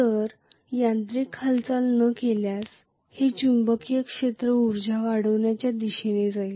तर यांत्रिक हालचाली न केल्यास हे चुंबकीय क्षेत्र उर्जा वाढविण्याच्या दिशेने जाईल